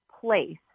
place